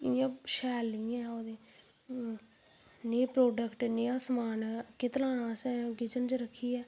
इ'यां शैल नी ऐ ओह् नेहा् प्रोडेक्ट नेहा् समान कुत्थै लाना